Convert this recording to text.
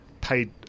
paid